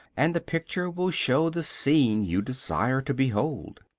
and the picture will show the scene you desire to behold.